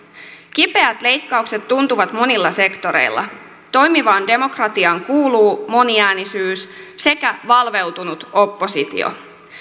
kipeät leikkaukset tuntuvat monilla sektoreilla toimivaan demokratiaan kuuluu moniäänisyys sekä valveutunut oppositio